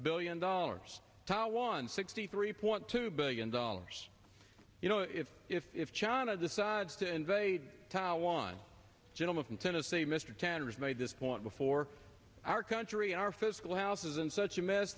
billion dollars to one sixty three point two billion dollars you know if if china decides to invade taiwan gentleman from tennessee mr tanner's made this point before our country our fiscal house is in such a mess